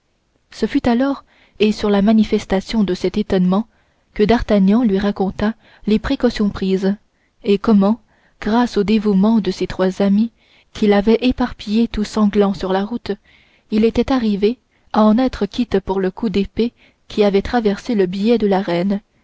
ce fut alors et sur la manifestation de cet étonnement que d'artagnan lui raconta les précautions prises et comment grâce au dévouement de ses trois amis qu'il avait éparpillés tout sanglants sur la route il était arrivé à en être quitte pour le coup d'épée qui avait traversé le billet de la reine